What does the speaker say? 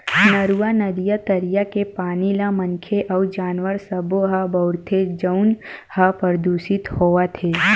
नरूवा, नदिया, तरिया के पानी ल मनखे अउ जानवर सब्बो ह बउरथे जउन ह परदूसित होवत हे